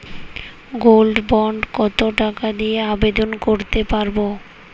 Gold bond কত টাকা দিয়ে আবেদন করতে পারবো?